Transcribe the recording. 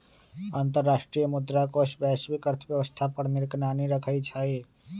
अंतर्राष्ट्रीय मुद्रा कोष वैश्विक अर्थव्यवस्था पर निगरानी रखइ छइ